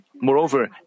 Moreover